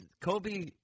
Kobe